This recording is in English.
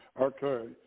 okay